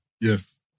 Yes